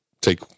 take